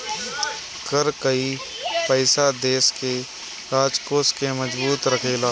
कर कअ पईसा देस के राजकोष के मजबूत रखेला